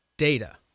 data